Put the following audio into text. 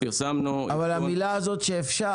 אבל המילה 'שאפשר'